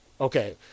Okay